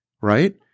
Right